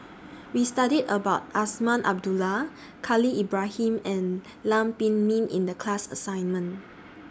We studied about Azman Abdullah Khalil Ibrahim and Lam Pin Min in The class assignment